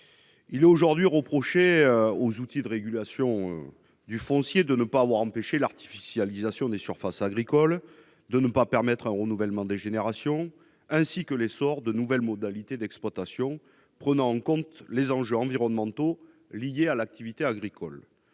aujourd'hui aux outils de régulation du foncier de ne pas avoir empêché l'artificialisation des surfaces agricoles et de ne pas permettre le renouvellement des générations, ainsi que l'essor de nouvelles modalités d'exploitation prenant en compte les enjeux environnementaux liés à l'activité agricole.